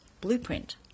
blueprint